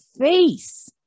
face